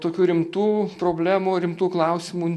tokių rimtų problemų rimtų klausimų